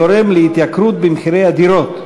גורם בעליית מחירי הדירות,